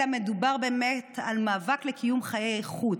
אלא מדובר באמת על מאבק לקיום חיי איכות,